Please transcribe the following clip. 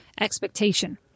expectation